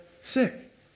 sick